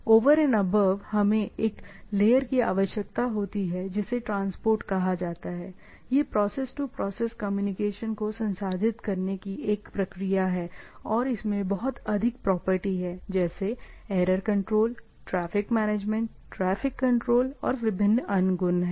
over and above हमें एक layer की आवश्यकता होती है जिसे ट्रांसपोर्ट कहा जाता है यह प्रोसेस टू प्रोसेस कनेक्शन को संसाधित करने की एक प्रक्रिया है और इसमें बहुत अधिक प्रॉपर्टी है जैसे error control traffic management traffic control और विभिन्न अन्य गुण है